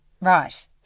right